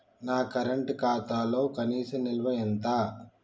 నా కరెంట్ ఖాతాలో కనీస నిల్వ ఎంత?